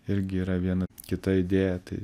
irgi yra viena kita idėja tai